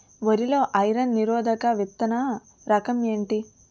వరి లో ఐరన్ నిరోధక విత్తన రకం ఏంటి?